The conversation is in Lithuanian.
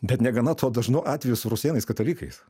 bet negana to dažnu atveju su rusėnais katalikais